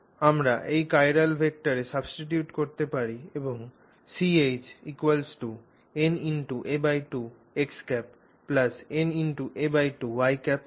আমরা এই চিরাল ভেক্টরে substitute করতে পারি এবং Chna2 na2 হবে